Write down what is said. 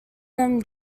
them